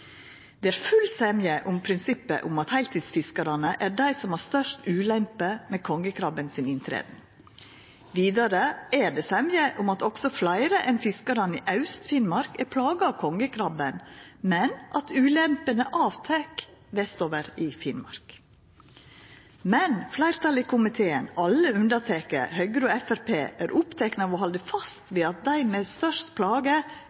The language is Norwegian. Det er full semje om prinsippet om at heiltidsfiskarane er dei som har dei største ulempene med kongekrabben. Vidare er det semje om at også fleire enn fiskarane i Aust-Finnmark er plaga av kongekrabben, men at ulempene minkar vestover i Finnmark. Men fleirtalet i komiteen, alle unnateke Høgre og Framstegspartiet, er oppteke av å halda fast ved at dei med størst plager